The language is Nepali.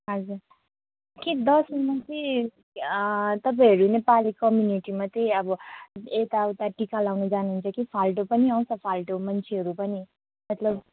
हजुर के दसैँमा चाहिँ तपाईँहरू नेपाली कम्युनिटीमा चाहिँ अब यताउता टिका लगाउन जानुहुन्छ कि फाल्टो पनि आउँछ फाल्टो मान्छेहरू पनि मतलब